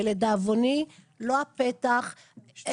ולדאבוני לא הפתח מונגש,